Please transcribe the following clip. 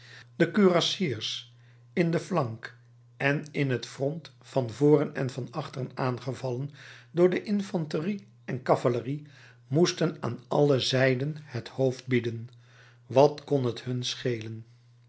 de kurassiers in den flank en in het front van voren en van achteren aangevallen door de infanterie en cavalerie moesten aan alle zijden het hoofd bieden wat kon t hun